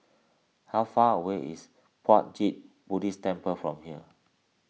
how far away is Puat Jit Buddhist Temple from here